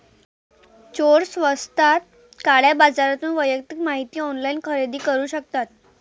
चोर स्वस्तात काळ्या बाजारातून वैयक्तिक माहिती ऑनलाइन खरेदी करू शकतात